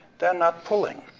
they're not pulling.